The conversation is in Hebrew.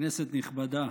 כנסת נכבדה,